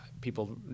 people